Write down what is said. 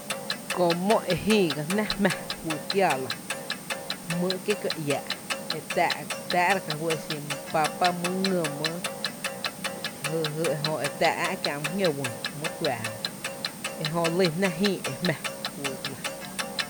Köö mó e jïï gá jnⱥ fyy kiaa la, jmýý’ kié’ kuⱥ iⱥⱥ’ e re tⱥⱥ’ rá ka fý e xin mý pápa, mý ngý mýý, jy e jö e tⱥⱥ’ ä’ kiä’ mý jñǿǿ wÿÿ mý e kuⱥⱥ jö, ejö lýn jnⱥ jïí e jmⱥ fyy la.